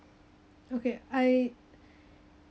okay I